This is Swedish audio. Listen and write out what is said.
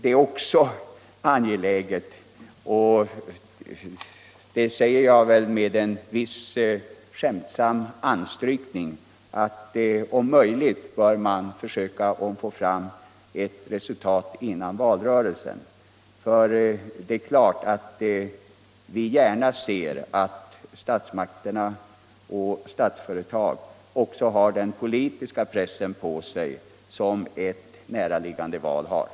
Det är också angeläget — och det säger jag väl med en viss skämtsam anstrykning — att man om möjligt bör försöka få fram ett resultat innan valrörelsen börjar. Vi ser det som en fördel om statsmakterna och Statsföretag vid avgörandet av dessa frågor också har den politiska press på sig som ett näraliggande val innebär.